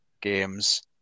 games